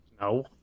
No